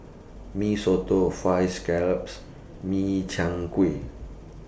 Mee Soto Fried Scallop Min Chiang Kueh